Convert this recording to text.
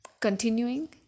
continuing